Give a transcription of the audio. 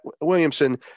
Williamson